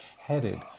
headed